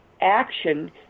action